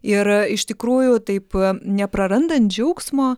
ir iš tikrųjų taip neprarandant džiaugsmo